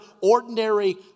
ordinary